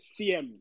CMs